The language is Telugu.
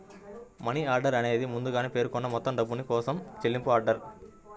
మనీ ఆర్డర్ అనేది ముందుగా పేర్కొన్న మొత్తం డబ్బు కోసం చెల్లింపు ఆర్డర్